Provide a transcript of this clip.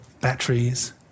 batteries